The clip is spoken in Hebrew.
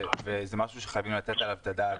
וזה משהו שחייבים לתת עליו את הדעת.